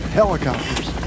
helicopters